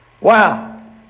Wow